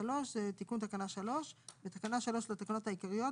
תיקון תקנה 3 3. בתקנה 3 לתקנות העיקריות,